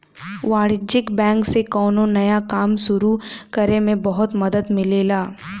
वाणिज्यिक बैंक से कौनो नया काम सुरु करे में बहुत मदद मिलेला